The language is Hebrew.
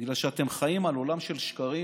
אתם חיים על עולם של שקרים,